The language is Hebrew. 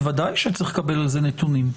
בוודאי שאני צריך לקבל על זה נתונים.